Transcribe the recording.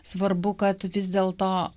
svarbu kad vis dėlto